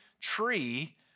Tree